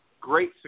great